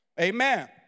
Amen